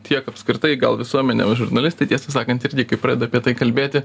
tiek apskritai gal visuomenė o žurnalistai tiesą sakant irgi kai pradeda apie tai kalbėti